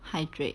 hydrate